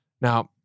Now